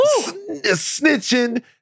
Snitching